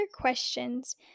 questions